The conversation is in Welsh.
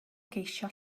geisio